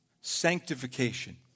Sanctification